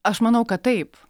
aš manau kad taip